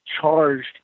charged